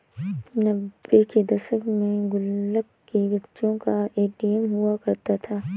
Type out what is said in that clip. नब्बे के दशक में गुल्लक ही बच्चों का ए.टी.एम हुआ करता था